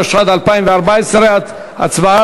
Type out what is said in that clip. התשע"ד 2014. הצבעה,